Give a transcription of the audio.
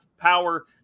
power